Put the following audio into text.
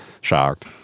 shocked